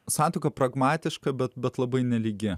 santuoka pragmatiška bet labai nelygi